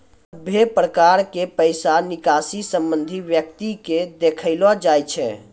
सभे प्रकार के पैसा निकासी संबंधित व्यक्ति के देखैलो जाय छै